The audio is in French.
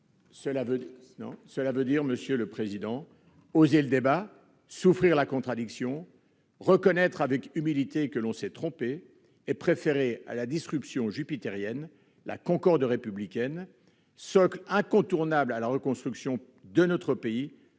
cela veut dire oser le débat, souffrir la contradiction, reconnaître avec humilité que l'on s'est trompé et préférer à la disruption jupitérienne la concorde républicaine, socle incontournable de la reconstruction de notre pays,